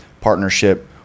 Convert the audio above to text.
partnership